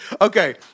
Okay